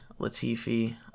Latifi